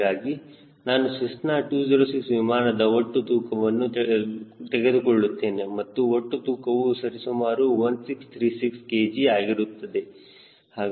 ಹೀಗಾಗಿ ನಾನು ಸೆಸ್ನಾ 206 ವಿಮಾನದ ಒಟ್ಟು ತೂಕವನ್ನು ತೆಗೆದುಕೊಳ್ಳುತ್ತೇನೆ ಮತ್ತು ಒಟ್ಟು ತೂಕವು ಸರಿಸುಮಾರು 1636 kg ಆಗಿರುತ್ತದೆ